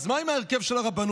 אז מה עם ההרכב של הרבנות?